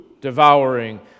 devouring